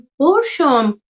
portion